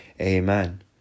amen